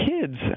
kids